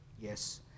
Yes